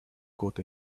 got